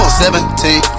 seventeen